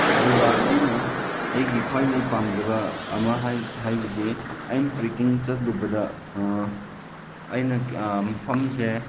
ꯑꯗꯨꯒ ꯑꯩꯅ ꯑꯩꯒꯤ ꯈ꯭ꯋꯥꯏꯗꯒꯤ ꯄꯥꯝꯖꯕ ꯑꯃ ꯍꯥꯏꯕꯗꯤ ꯑꯩꯅ ꯇ꯭ꯔꯦꯛꯀꯤꯡ ꯆꯠꯂꯨꯕꯗ ꯑꯩꯅ ꯃꯐꯝꯁꯦ